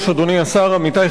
אכן,